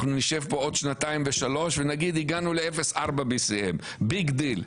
אנחנו נשב פה עוד שנתיים ושלוש ואנחנו נגיד הגענו ל-0.4 BCM ביג דיל,